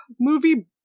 movie